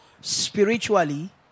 spiritually